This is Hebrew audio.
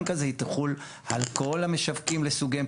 כזה היא תחול על כל המשווקים לסוגיהם,